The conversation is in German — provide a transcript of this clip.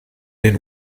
den